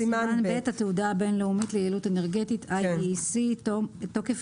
סימן ב': התעודה הבין-לאומית ליעילות אנרגטית (IEEC) 117.תוקף